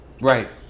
Right